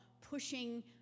pushing